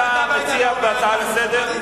אתה מציע הצעה לסדר?